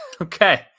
Okay